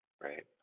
right